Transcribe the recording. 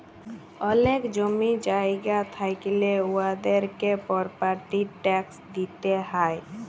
অলেক জমি জায়গা থ্যাইকলে উয়াদেরকে পরপার্টি ট্যাক্স দিতে হ্যয়